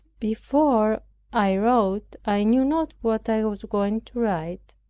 before i wrote i knew not what i was going to write.